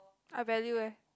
I value eh